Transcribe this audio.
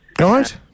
Right